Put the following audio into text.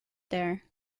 there